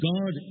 God